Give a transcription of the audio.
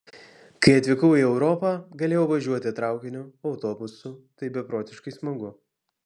kai atvykau į europą galėjau važiuoti traukiniu autobusu tai beprotiškai smagu